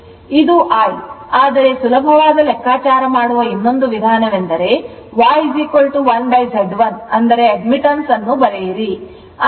ಇದು I ಆದರೆ ಸುಲಭವಾದ ಲೆಕ್ಕಾಚಾರ ಮಾಡುವ ಇನ್ನೊಂದು ವಿಧಾನವೆಂದರೆ Y1Z1 ಅಂದರೆ admittance ಅನ್ನು ಬರೆಯಿರಿ